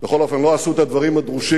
בכל אופן לא עשו את הדברים הדרושים,